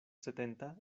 setenta